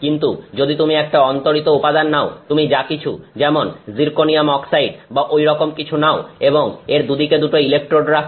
কিন্তু যদি তুমি একটা অন্তরিত উপাদান নাও তুমি যা কিছু যেমন জির্কনিয়াম অক্সাইড বা ঐরকম কিছু নাও এবং এর দুদিকে দুটো ইলেকট্রোড রাখ